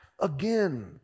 again